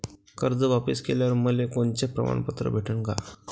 कर्ज वापिस केल्यावर मले कोनचे प्रमाणपत्र भेटन का?